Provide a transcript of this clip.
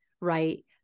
right